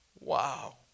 Wow